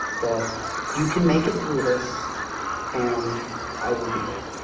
that you can make it through this and i will be there.